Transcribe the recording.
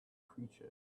creature